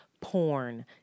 porn